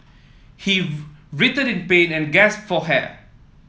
he writhed in pain and gasped for hair